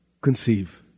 conceive